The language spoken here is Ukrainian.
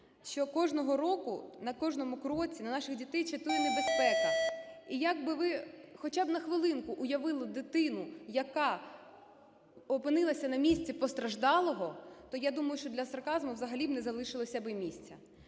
що кожного року на кожному кроці на наших дітей чатує небезпека. І як би ви хоча б на хвилинку уявили дитину, яка опинилася на місці постраждалого, то я думаю, що для сарказму взагалі не залишилося б місця.